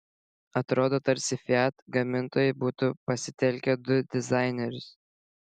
atrodo tarsi fiat gamintojai būtų pasitelkę du dizainerius